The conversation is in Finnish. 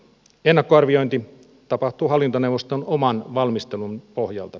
ennakkoarviointi tapahtuu hallintoneuvoston oman valmistelun pohjalta